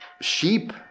sheep